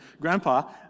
Grandpa